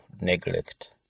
neglect